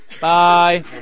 Bye